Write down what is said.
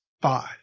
five